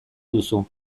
duzu